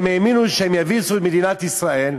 הם האמינו שהם יביסו את מדינת ישראל,